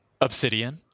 obsidian